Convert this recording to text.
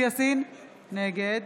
נגד